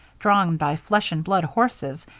drawn by flesh-and-blood horses,